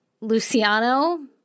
luciano